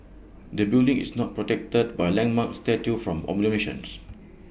the building is not protected by landmark status from demolition